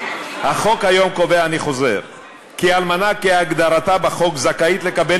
אני חוזר: החוק היום קובע כי אלמנה כהגדרתה בחוק זכאית לקבל